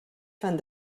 fan